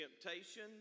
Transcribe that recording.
temptation